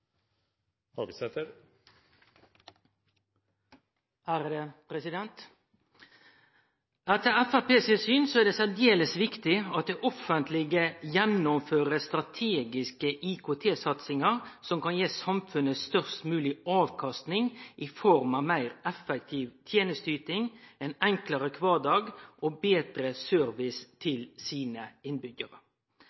et viktig samfunnsanliggende at det offentlige gjennomfører strategiske IKT-satsinger som gir samfunnet størst mulig avkastning i form av mer effektiv tjenesteyting og en enklere hverdag for publikum. Disse partiene, sammen med forslagsstillerne, vil peke på at en god koordinering og